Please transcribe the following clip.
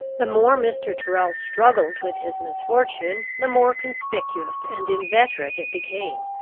the more mr. tyrrel struggled with his misfortune, the more conspicuous and inveterate it became.